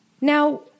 Now